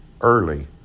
early